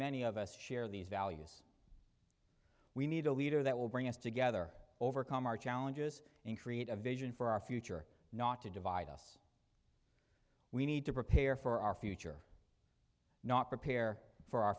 many of us share these values we need a leader that will bring us together overcome our challenges in create a vision for our future not to divide us we need to prepare for our future not prepare for our